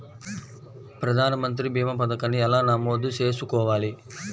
ప్రధాన మంత్రి భీమా పతకాన్ని ఎలా నమోదు చేసుకోవాలి?